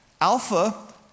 Alpha